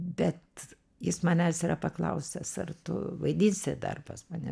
bet jis manęs yra paklausęs ar tu vaidinsi dar pas mane